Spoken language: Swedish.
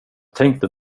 tänkte